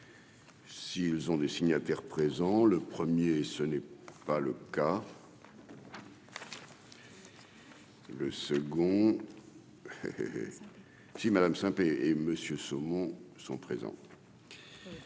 S'ils ont des signataires présents le 1er ce n'est pas le cas. Le second si Madame P. et Monsieur saumon sont présents.